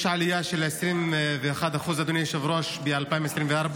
יש עלייה של 21%, אדוני היושב-ראש, ב-2024.